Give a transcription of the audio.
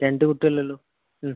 രണ്ട് കുട്ടി അല്ലേ ഉള്ളൂ